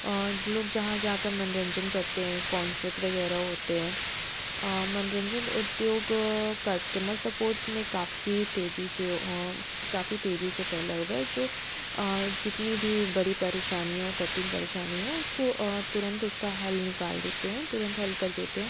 और लोग जहाँ जा कर मनोरंजन करते हैं कॉन्सर्ट वग़ैरह होते हैं मनोरंजन उद्योग कस्टमर सपोर्ट्स में काफ़ी तेज़ी से काफ़ी तेज़ी से फैला हुआ है जो जितनी भी बड़ी परेशानियाँ हो कठिन परेशानी हो उसको तुरंत उसका हल निकाल देते हैं तुरंत हल कर देते हैं